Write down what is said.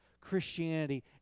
Christianity